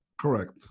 correct